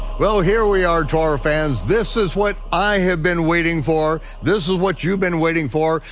well, here we are, torah fans. this is what i have been waiting for. this is what you've been waiting for.